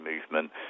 movement